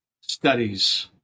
studies